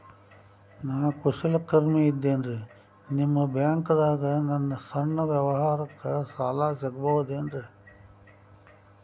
ನಾ ಕುಶಲಕರ್ಮಿ ಇದ್ದೇನ್ರಿ ನಿಮ್ಮ ಬ್ಯಾಂಕ್ ದಾಗ ನನ್ನ ಸಣ್ಣ ವ್ಯವಹಾರಕ್ಕ ಸಾಲ ಸಿಗಬಹುದೇನ್ರಿ?